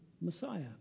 Messiah